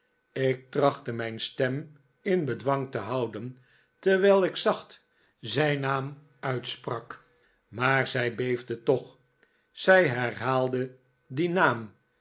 ik trachtte mijn stem in bedwang te houden terwijl ik zacht zijn naam uitsprak maar zij beefde toch zij herhaalde dien naam